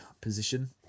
position